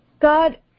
God